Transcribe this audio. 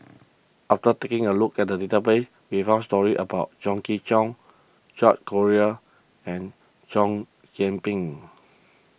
after taking a look at the database we found stories about Chong Kee Hiong George Collyer and Chow Yian Ping